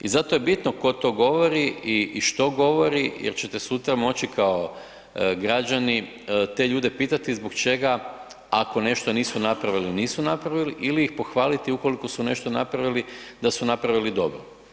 I zato je bitno tko to govori i što govori jer ćete sutra moći kao građani te ljude pitati zbog čega, ako nešto nisu napravili nisu napravili ili ih pohvaliti ukoliko su nešto napravili da su napravili dobro.